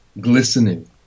glistening